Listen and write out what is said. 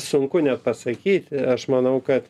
sunku net pasakyti aš manau ka